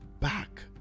back